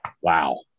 wow